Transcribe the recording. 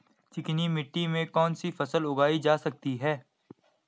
चिकनी मिट्टी में कौन सी फसल उगाई जा सकती है?